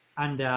and, ah,